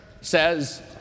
says